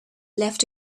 left